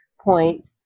Point